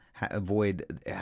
avoid